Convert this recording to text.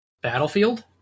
Battlefield